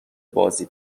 بازی